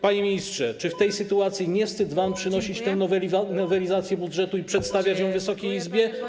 Panie ministrze, czy w tej sytuacji nie wstyd wam przynosić tę nowelizację budżetu i przedstawiać ją Wysokiej Izbie?